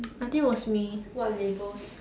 I think was me what labels